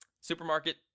supermarket